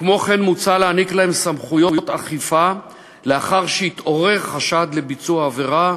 כמו כן מוצע להעניק להם סמכויות אכיפה לאחר שהתעורר חשד לביצוע עבירה,